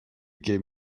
gave